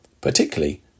particularly